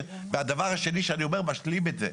הדבר השני שאני אומר משלים את זה,